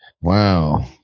Wow